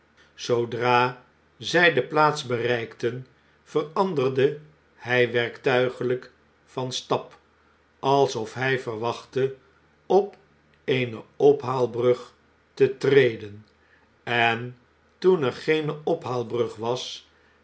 zoodra zg de plaats bereikten veranderde hg werktuiglijk van stap alsof hij verwachtte op eene ophaalbrug te treden en toen er geene ophaalbrug was